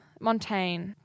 Montaigne